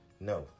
No